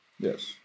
Yes